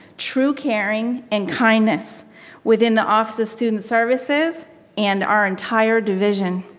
true caring and kindness within the office of student services and our entire division.